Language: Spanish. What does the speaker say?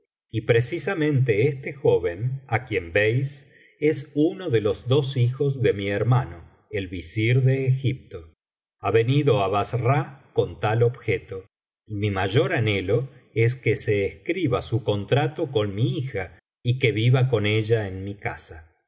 y precisamente este joven á quien veis es uno de los dos hijos de mi hermano el visir de egipto ha venido á bassra con tal objeto y mi mayor anhelo es que se escriba su contrato con mi hija y que viva con ella en mi casa